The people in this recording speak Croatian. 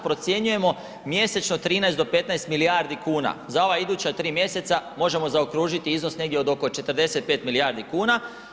Procjenjujemo mjesečno 13 do 15 milijardi kuna, za ova iduća 3 mjeseca možemo zaokružiti iznos negdje od oko 45 milijardi kuna.